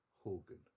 Hogan